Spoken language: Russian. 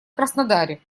краснодаре